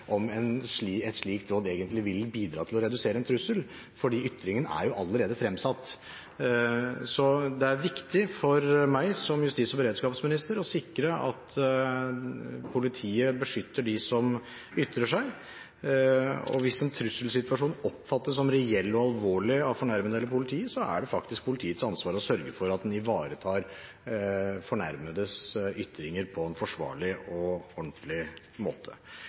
eT slikt råd egentlig vil bidra til å redusere en trussel, fordi ytringen er jo allerede fremsatt. Det er viktig for meg som justis- og beredskapsminister å sikre at politiet beskytter dem som ytrer seg. Og hvis en trusselsituasjon oppfattes som reell og alvorlig av fornærmede eller politiet, er det faktisk politiets ansvar å sørge for at en ivaretar fornærmedes ytringer på en forsvarlig og ordentlig måte.